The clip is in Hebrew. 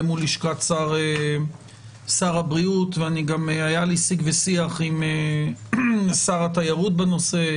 מול לשכת שר הבריאות וגם היה לי שיג ושיח עם שר התיירות בנושא.